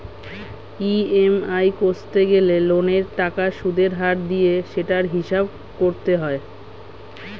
EMI কষতে গেলে লোনের টাকার সুদের হার দিয়ে সেটার হিসাব করতে হয়